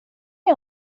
jag